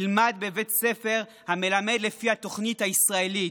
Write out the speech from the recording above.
ילמד בבית ספר המלמד לפי התוכנית הישראלית,